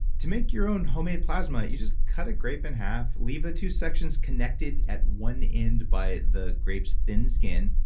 to make your own homemade plasma you just cut a grape in half, leave the two sections connected at one end by the grape's thin skin,